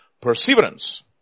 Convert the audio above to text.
perseverance